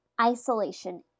isolation